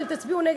אתם תצביעו נגד,